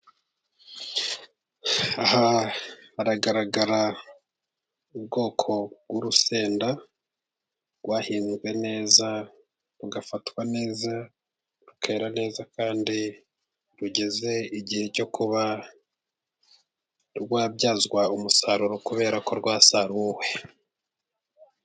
Aha hagaragara ubwoko bw'urusenda rwahinzwe neza, ugafatwa neza, rukera neza kandi rugeze igihe cyo kuba rwabyazwa umusaruro kubera ko rwasaruwe.